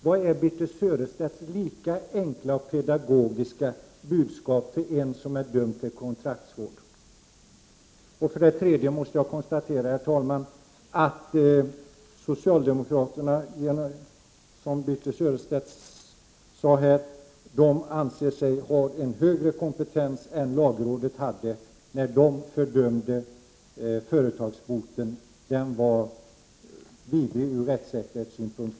Vilket är Birthe Sörestedts lika enkla och pedagogiska budskap till en person som är dömd till kontraktsvård? Herr talman! Jag måste konstatera att socialdemokraterna, som Birthe Sörestedt sade här, anser sig ha en högre kompetens än lagrådet. Lagrådet fördömde företagsboten och sade att den var vidrig ur rättssäkerhetssynpunkt.